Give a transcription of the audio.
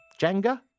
Jenga